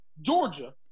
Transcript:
Georgia